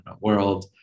World